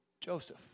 Joseph